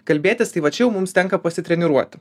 kalbėtis tai va čia jau mums tenka pasitreniruoti